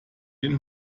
den